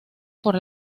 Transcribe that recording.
por